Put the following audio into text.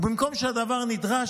במקום שהדבר נדרש,